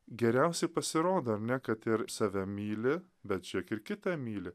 geriausi pasirodo ar ne kad ir save myli bet čiak ir kitą myli